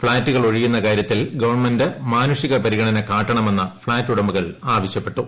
ഫ്ളാറ്റുകൾ ഒഴിയുന്ന ്കാര്യത്തിൽ ഗവൺമെന്റ് മാനുഷിക പരിഗണന കാട്ടണമെന്ന് ഫ്ളാറ്റ് ഉടമകൾ ആവശ്യപ്പെട്ടു